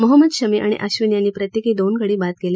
मोहम्मद शमी आणि अश्विन यांनी प्रत्येकी दोन गडी बाद केले